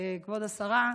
כבוד השרה: